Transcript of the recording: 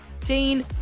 Dean